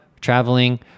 traveling